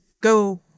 go